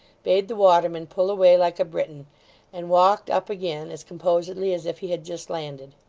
bade the waterman pull away like a briton and walked up again as composedly as if he had just landed.